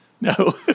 no